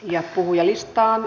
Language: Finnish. ja puhujalistaan